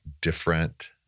different